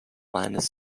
minus